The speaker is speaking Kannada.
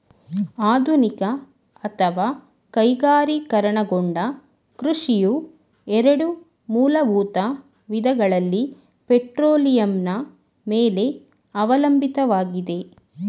ಆಧುನಿಕ ಅಥವಾ ಕೈಗಾರಿಕೀಕರಣಗೊಂಡ ಕೃಷಿಯು ಎರಡು ಮೂಲಭೂತ ವಿಧಗಳಲ್ಲಿ ಪೆಟ್ರೋಲಿಯಂನ ಮೇಲೆ ಅವಲಂಬಿತವಾಗಿದೆ